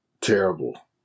terrible